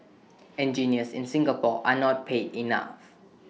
engineers in Singapore are not paid enough